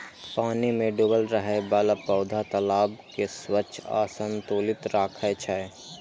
पानि मे डूबल रहै बला पौधा तालाब कें स्वच्छ आ संतुलित राखै छै